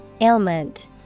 Ailment